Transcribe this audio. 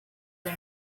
nap